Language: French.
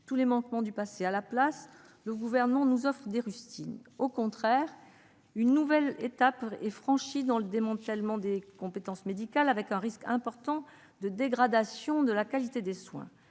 tous les manquements du passé. Au lieu de cela, le Gouvernement nous offre des rustines ! Pis encore, une nouvelle étape est franchie dans le démantèlement des compétences médicales, avec un risque important de dégradation de la qualité des soins.